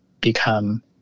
become